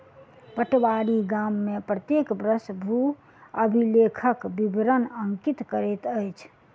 पटवारी गाम में प्रत्येक वर्ष भू अभिलेखक विवरण अंकित करैत अछि